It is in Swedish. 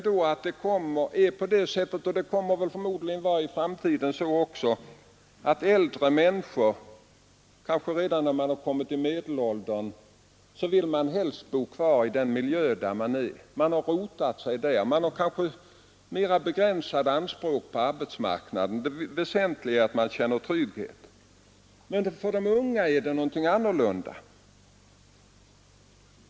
Det är på det sättet — och det kommer förmodligen att vara så också i framtiden — att när man är äldre, kanske redan när man kommit till medelåldern, vill man helst stanna kvar i den miljö där man bor. Man har rotat sig där, och man har kanske mera begränsade anspråk på arbetsmarknaden — det väsentliga är att man känner trygghet. Men för de unga är det annorlunda.